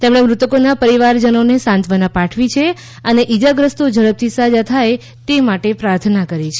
તેમણે મૃતકોના પરિવારજનોને સાંત્વના પાઠવી છે અને ઈજાગ્રસ્તો ઝડપથી સાજા થાય તે માટે પ્રાર્થના કરી છે